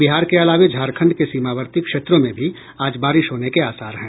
बिहार के अलावे झारखंड के सीमावर्ती क्षेत्रों में भी आज बारिश होने के आसार हैं